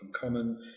Common